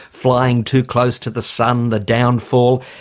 flying too close to the sun, the downfall,